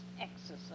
exercise